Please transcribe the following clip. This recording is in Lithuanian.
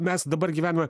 mes dabar gyvename